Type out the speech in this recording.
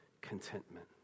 contentment